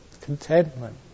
Contentment